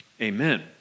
Amen